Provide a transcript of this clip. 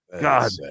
God